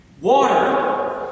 Water